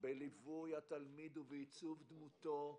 בליווי התלמיד ובעיצוב דמותו,